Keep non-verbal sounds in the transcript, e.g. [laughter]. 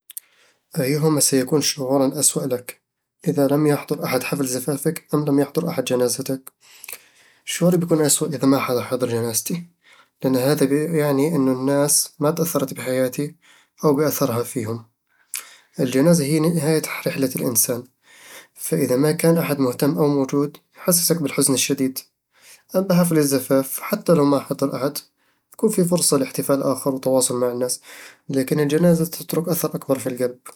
أيهما سيكون شعورًا أسوأ لك، إذا لم يحضر أحد حفل زفافك أم لم يحضر أحد جنازتك؟ شعوري بيكون أسوأ إذا ما حدا حضر جنازتي، لأن هذا يعني أن الناس ما تأثرت بحياتي أو بأثرها فيهم الجنازة هي نهاية [hesitation] رحلة الإنسان، فإذا ما كان في أحد مهتم أو موجود، يحسسك بالحزن الشديد أما حفل الزفاف، فحتى لو ما حضر أحد، يكون فيه فرصة لاحتفال آخر وتواصل مع الناس، لكن الجنازة تترك أثر أكبر في القلب